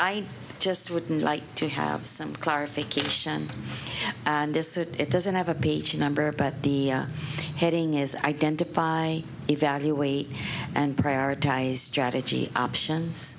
i just wouldn't like to have some clarification and this it doesn't have a page number but the heading is identify evaluate and prioritize strategy options